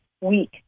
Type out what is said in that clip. week